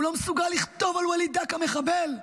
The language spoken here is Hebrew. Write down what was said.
הוא לא מסוגל לכתוב על וליד דקה מחבל.